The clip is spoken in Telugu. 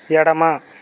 ఎడమ